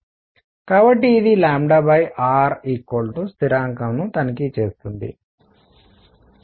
కాబట్టి ఇదిrస్థిరాంకం ను తనిఖీ చేస్తుంది